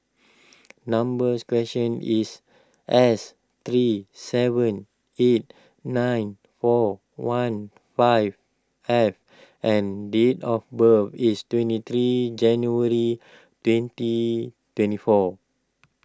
numbers question is S three seven eight nine four one five F and date of birth is twenty three January twenty twenty four